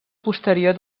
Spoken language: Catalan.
posterior